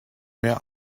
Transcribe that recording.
mehr